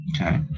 Okay